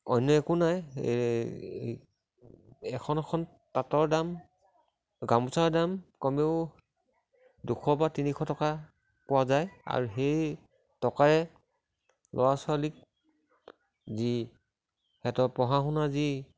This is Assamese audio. অন্য একো নাই এই এখন এখন তাঁতৰ দাম গামোচাৰ দাম কমেও দুশ বা তিনিশ টকা পোৱা যায় আৰু সেই টকাই ল'ৰা ছোৱালীক যি সিহঁতৰ পঢ়া শুনা যি